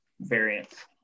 variance